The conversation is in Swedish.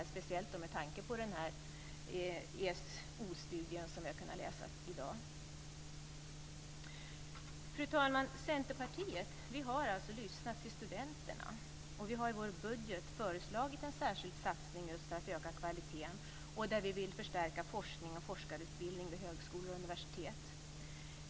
Fru talman! Centerpartiet har lyssnat till studenterna, och vi har i vår budget föreslagit en särskild satsning för att öka kvaliteten. Vi vill förstärka forskningen och forskarutbildningen vid högskolor och universitet.